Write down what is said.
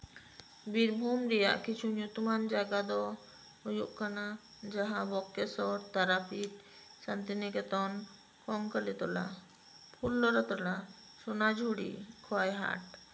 ᱵᱤᱨᱵᱷᱩᱢ ᱨᱮᱭᱟᱜ ᱠᱤᱪᱷᱩ ᱧᱩᱛᱩᱢᱟᱱ ᱡᱟᱭᱜᱟ ᱫᱚ ᱦᱩᱭᱩᱜ ᱠᱟᱱᱟ ᱡᱟᱸᱦᱟ ᱵᱚᱠᱨᱮᱥᱥᱚᱨ ᱛᱟᱨᱟᱯᱤᱴᱷ ᱥᱟᱱᱛᱤᱱᱤᱠᱮᱛᱚᱱ ᱠᱚᱝᱠᱟᱞᱤᱛᱚᱞᱟ ᱯᱷᱩᱞᱳᱨᱳᱛᱚᱞᱟ ᱥᱳᱱᱟᱡᱷᱩᱨᱤ ᱠᱷᱳᱣᱟᱭ ᱦᱟᱴ